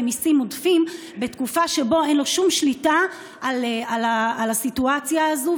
במיסים עודפים בתקופה שבה אין לו שום שליטה על הסיטואציה הזאת.